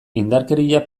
indarkeria